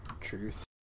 Truth